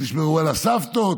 תשמרו על הסבתות.